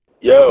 Yo